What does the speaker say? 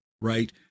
right